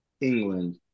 England